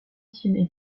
tiennent